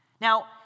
Now